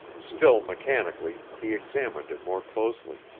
still mechanically, he examined it more closely.